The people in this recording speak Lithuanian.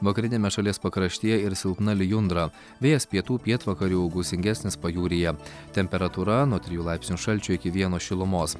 vakariniame šalies pakraštyje ir silpna lijundra vėjas pietų pietvakarių gūsingesnis pajūryje temperatūra nuo trijų laipsnių šalčio iki vieno šilumos